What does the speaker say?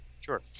Sure